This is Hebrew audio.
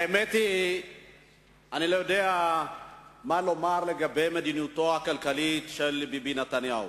האמת היא שאני לא יודע מה לומר על מדיניותו הכלכלית של ביבי נתניהו.